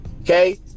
okay